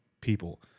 people